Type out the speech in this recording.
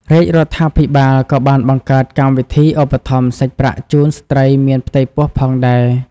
រាជរដ្ឋាភិបាលក៏បានបង្កើតកម្មវិធីឧបត្ថម្ភសាច់ប្រាក់ជូនស្ត្រីមានផ្ទៃពោះផងដែរ។